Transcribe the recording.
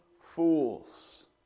fools